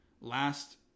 last